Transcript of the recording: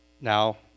now